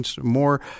more